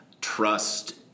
trust